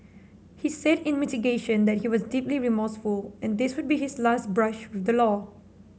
he said in mitigation that he was deeply remorseful and this would be his last brush with the law